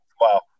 wow